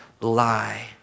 lie